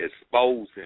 exposing